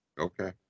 Okay